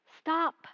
stop